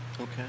okay